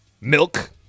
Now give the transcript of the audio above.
milk